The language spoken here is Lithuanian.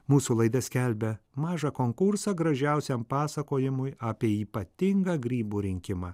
mūsų laida skelbia mažą konkursą gražiausiam pasakojimui apie ypatingą grybų rinkimą